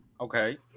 Okay